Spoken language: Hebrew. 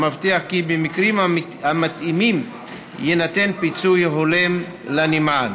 ותבטיח כי במקרים המתאימים יינתן פיצוי הולם לנמען.